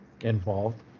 involved